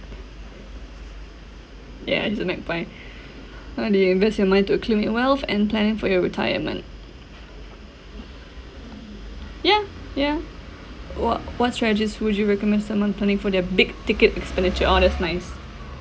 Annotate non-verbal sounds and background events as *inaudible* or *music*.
ya he's a how do you invest your money to accumulate wealth and planning for your retirement *noise* ya ya wha~ what strategies would you recommend someone planning for their big ticket expenditure oh that's nice